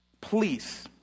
Please